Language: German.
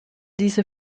diese